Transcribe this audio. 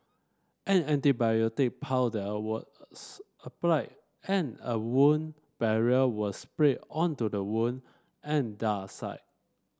an antibiotic powder was applied and a wound barrier was sprayed onto the wound and dart site